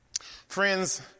Friends